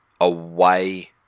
away